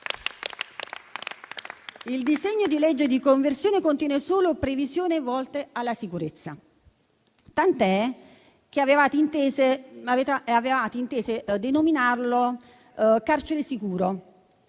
Il decreto-legge in conversione contiene solo previsioni volte alla sicurezza, tant'è che avevate inteso denominarlo carcere sicuro.